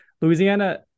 Louisiana